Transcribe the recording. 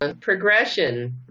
progression